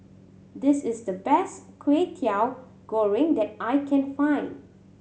this is the best Kwetiau Goreng that I can find